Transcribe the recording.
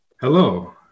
hello